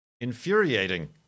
infuriating